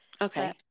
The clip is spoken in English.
Okay